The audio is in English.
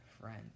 friend